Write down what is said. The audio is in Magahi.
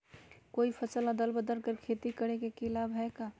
कोई फसल अदल बदल कर के खेती करे से लाभ है का?